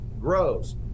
grows